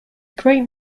great